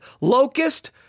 locust